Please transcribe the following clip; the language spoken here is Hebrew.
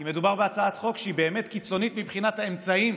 כי מדובר בהצעת חוק שהיא באמת קיצונית מבחינת האמצעים